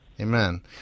Amen